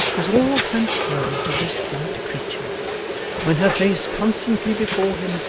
was all transferred to this slight creature when her face constantly before him,